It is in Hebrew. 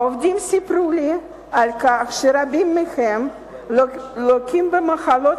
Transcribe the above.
העובדים סיפרו לי שרבים מהם לוקים במחלות